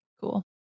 Cool